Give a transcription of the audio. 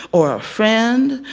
or a friend,